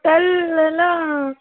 ପୋଟଳ ହେଲା